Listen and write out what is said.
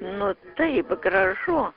nu taip gražu